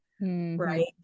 Right